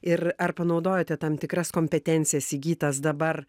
ir ar panaudojote tam tikras kompetencijas įgytas dabar